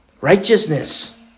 Righteousness